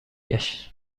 گشت